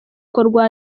rwa